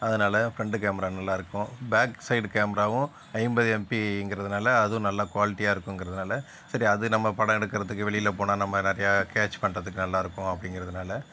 அதனால front camera நல்லா இருக்கும் பேக் சைடு கேமராவும் ஐம்பது எம்பிங்குறதுனாலே அதுவும் நல்ல குவாலிட்டியாக இருக்கும்ங்கிறதுனால சரி அது நம்ம படம் எடுக்கிறதுக்கு வெளியில் போனால் நம்ம நிறையா கேச் பண்ணுறதுக்கு நல்லா இருக்கும் அப்படிங்கிறதுனால